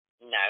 No